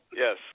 Yes